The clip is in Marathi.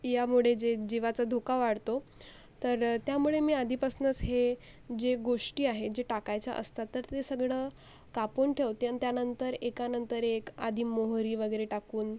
यामुळे जे जिवाचा धोका वाढतो तर त्यामुळे मी आधीपासनंच हे जे गोष्टी आहेत जे टाकायच्या असतात तर ते सगळं कापून ठेवते आणि त्यानंतर एका नंतर एक आधी मोहरी वगैरे टाकून